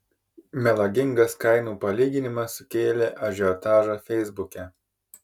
melagingas kainų palyginimas sukėlė ažiotažą feisbuke